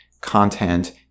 content